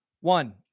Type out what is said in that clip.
one